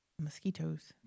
mosquitoes